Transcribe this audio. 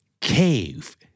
Cave